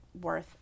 worth